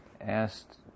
asked